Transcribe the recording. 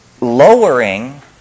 lowering